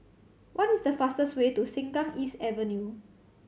what is the fastest way to Sengkang East Avenue